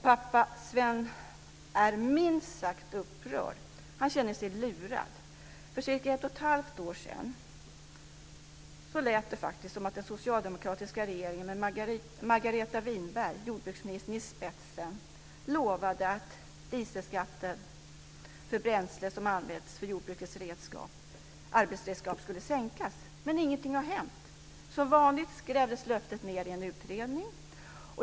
Pappa Sven är minst sagt upprörd. Han känner sig lurad. För cirka ett och ett halvt år sedan lät det som att den socialdemokratiska regeringen med jordbruksminister Margareta Winberg i spetsen lovade att dieselskatten på bränsle som används för jordbrukets arbetsredskap skulle sänkas, men ingenting har hänt. Som vanligt grävdes löftet ned i en utredning.